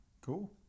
Cool